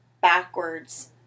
backwards